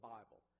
Bible